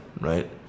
right